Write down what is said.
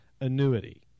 annuity